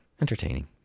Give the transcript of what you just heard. entertaining